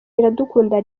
iradukunda